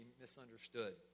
misunderstood